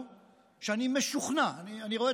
שאני משוכנע, אני רואה אתכם פה כרגע,